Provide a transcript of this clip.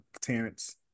Terrence